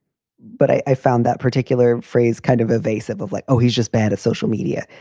but i found that particular phrase kind of evasive of like, oh, he's just bad at social media.